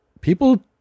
people